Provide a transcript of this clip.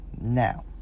Now